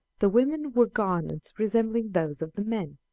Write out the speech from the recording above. the women wore garments resembling those of the men,